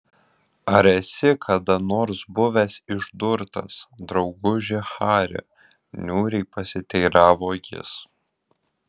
ar esi kada nors buvęs išdurtas drauguži hari niūriai pasiteiravo jis